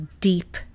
deep